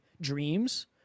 dreams